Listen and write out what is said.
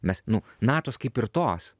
mes nu natos kaip ir tos